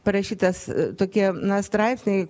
parašytas tokie straipsniai